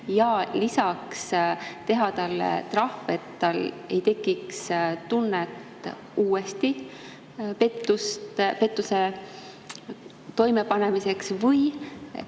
ja lisaks teha talle trahvi, et tal ei tekiks tunnet uuesti pettust toime panna või